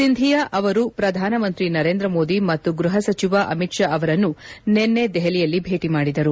ಸಿಂಧಿಯಾ ಅವರು ಪ್ರಧಾನಮಂತ್ರಿ ನರೇಂದ್ರ ಮೋದಿ ಮತ್ತು ಗೃಹ ಸಚಿವ ಅಮಿತ್ ಶಾ ಅವರನ್ನು ನಿನ್ನೆ ದೆಹಲಿಯಲ್ಲಿ ಭೇಟಿ ಮಾಡಿದರು